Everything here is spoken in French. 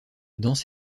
danse